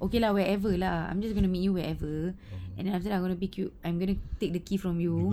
okay lah wherever lah I'm just gonna meet you wherever and then after that I'm gonna pick you I'm gonna take the key from you